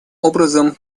образом